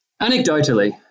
Anecdotally